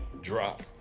drop